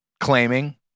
claiming